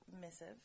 missive